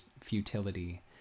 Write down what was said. futility